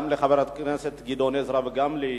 גם על חבר הכנסת גדעון עזרא וגם עלי,